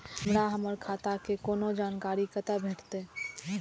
हमरा हमर खाता के कोनो जानकारी कते भेटतै